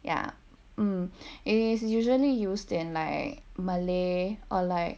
ya mm is usually used in like malay or like